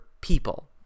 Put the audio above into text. people